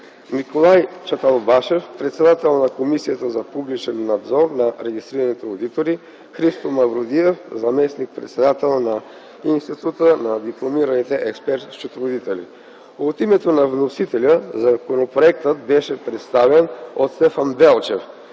Николай Чатълбашев – председател на Комисията за публичен надзор на регистрираните одитори, Христо Мавродиев– заместник-председател на Института на дипломираните експерт-счетоводители. От името на вносителя законопроектът беше представен от Стефан Белчев.